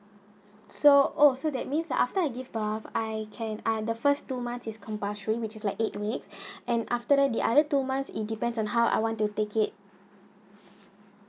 so oh so that means after I give birth I can ah the first two months is compulsory which is like eight weeks and after the other two months it depends on how I want to take it